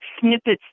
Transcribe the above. snippets